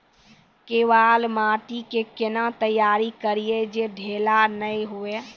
केवाल माटी के कैना तैयारी करिए जे ढेला नैय हुए?